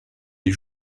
des